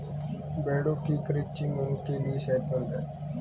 भेड़ों की क्रचिंग उनके लिए सेहतमंद है